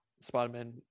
Spider-Man